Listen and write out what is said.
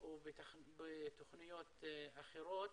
ובתוכניות אחרות